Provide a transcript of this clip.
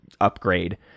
Upgrade